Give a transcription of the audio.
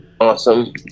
Awesome